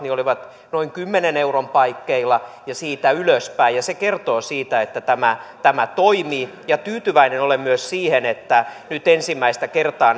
olivat noin kymmenen euron paikkeilla ja siitä ylöspäin se kertoo siitä että tämä tämä toimii tyytyväinen olen myös siihen että nyt ensimmäistä kertaa